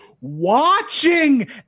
watching